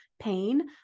pain